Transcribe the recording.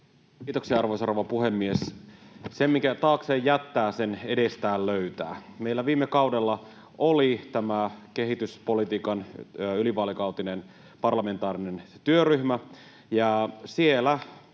Kiitoksia, arvoisa rouva puhemies! Sen, minkä taakseen jättää, sen edestään löytää. Meillä viime kaudella oli tämä kehityspolitiikan ylivaalikautinen parlamentaarinen työryhmä,